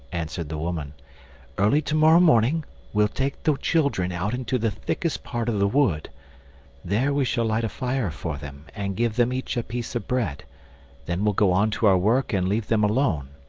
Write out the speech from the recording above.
answered the woman early to-morrow morning we'll take the children out into the thickest part of the wood there we shall light a fire for them and give them each a piece of bread then we'll go on to our work and leave them alone.